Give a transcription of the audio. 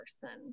person